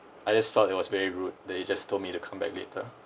I just felt it was very rude that he just told me to come back later